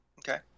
Okay